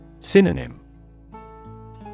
Synonym